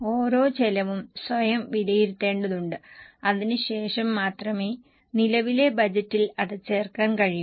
ഓരോ ചെലവും സ്വയം വിലയിരുത്തേണ്ടതുണ്ട് അതിനുശേഷം മാത്രമേ നിലവിലെ ബജറ്റിൽ അത് ചേർക്കാൻ കഴിയൂ